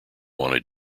wanted